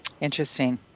Interesting